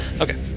Okay